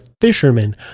fisherman